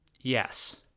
Yes